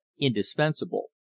indispensable